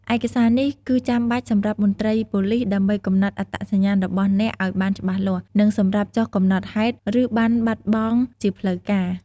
ឯកសារនេះគឺចាំបាច់សម្រាប់មន្ត្រីប៉ូលិសដើម្បីកំណត់អត្តសញ្ញាណរបស់អ្នកឲ្យបានច្បាស់លាស់ និងសម្រាប់ចុះកំណត់ហេតុ ឬប័ណ្ណបាត់បង់ជាផ្លូវការ។